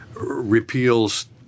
repeals